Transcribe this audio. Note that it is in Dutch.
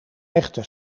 echte